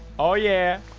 oh yeah